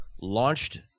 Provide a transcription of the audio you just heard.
launched